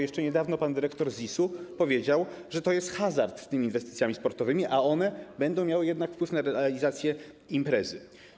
Jeszcze niedawno pan dyrektor ZIS-u powiedział, że to jest hazard z tymi inwestycjami sportowymi, a one będą miały jednak wpływ na realizację imprezy.